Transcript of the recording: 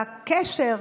והקשר